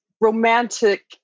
romantic